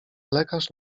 lekarz